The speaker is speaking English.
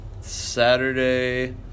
Saturday